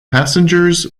passengers